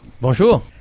Bonjour